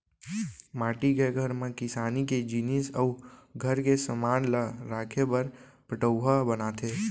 माटी के घर म किसानी के जिनिस अउ घर के समान ल राखे बर पटउहॉं बनाथे